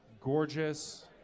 gorgeous